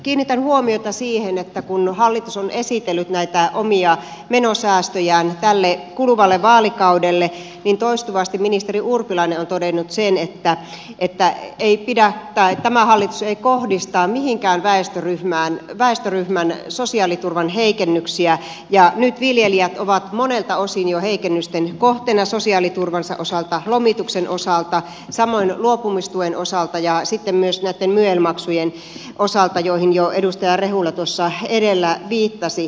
kiinnitän huomiota siihen että kun hallitus on esitellyt näitä omia menosäästöjään tälle kuluvalle vaalikaudelle niin toistuvasti ministeri urpilainen on todennut sen että tämä hallitus ei kohdista mihinkään väestöryhmään sosiaaliturvan heikennyksiä ja nyt viljelijät ovat monelta osin jo heikennysten kohteena sosiaaliturvansa osalta lomituksen osalta samoin luopumistuen osalta ja sitten myös näitten myel maksujen osalta joihin edustaja rehula jo edellä viittasi